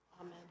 Amen